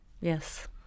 Yes